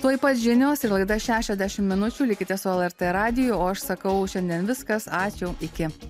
tuoj pat žinios ir laida šešiasdešim minučių likite su lrt radiju o aš sakau šiandien viskas ačiū iki